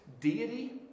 deity